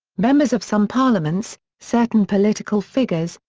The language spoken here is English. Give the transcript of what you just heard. members of some parliaments, certain political figures,